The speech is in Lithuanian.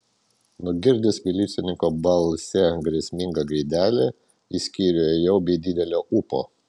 nugirdęs milicininko balse grėsmingą gaidelę į skyrių ėjau be didelio ūpo